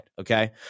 Okay